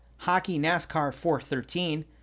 HockeyNASCAR413